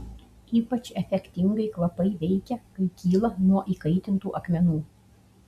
ypač efektingai kvapai veikia kai kyla nuo įkaitintų akmenų